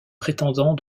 prétendants